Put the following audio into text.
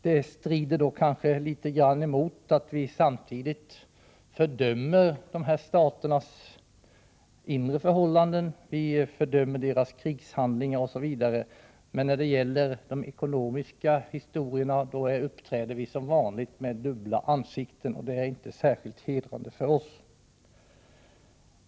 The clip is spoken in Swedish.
Det står i strid med att vi samtidigt fördömer dessa staters inre förhållanden. Vi fördömer deras krigshandlingar osv., men när det gäller de ekonomiska frågorna uppträder vi som vanligt med dubbla ansikten, och det är inte särskilt hedrande för oss.